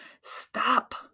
stop